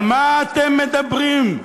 על מה אתם מדברים?